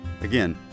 Again